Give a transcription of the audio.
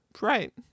Right